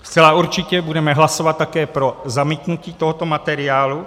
Zcela určitě budeme hlasovat také pro zamítnutí tohoto materiálu.